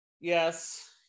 Yes